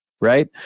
right